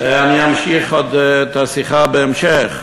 אני אמשיך את השיחה בהמשך.